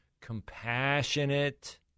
compassionate